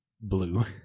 blue